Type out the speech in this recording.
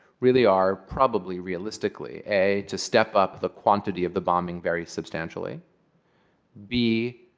really, are probably, realistically, a, to step up the quantity of the bombing very substantially b,